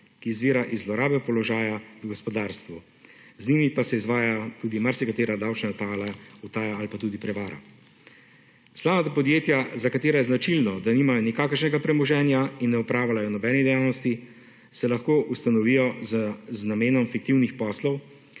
ki izvira iz zlorabe položaja v gospodarstvu. Z njimi pa se izvaja tudi marsikatera davčna utaja ali pa tudi prevara. Slamnata podjetja, za katere je značilno, da nimajo nikakršnega premoženja in ne opravljajo nobene dejavnosti se lahko ustanovijo z namenom fiktivnih poslov,